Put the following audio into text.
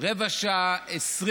רבע שעה, 20